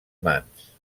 mans